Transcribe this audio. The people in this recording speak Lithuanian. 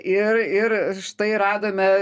ir ir štai radome